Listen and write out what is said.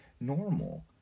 normal